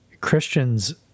Christians